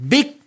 Big